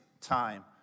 time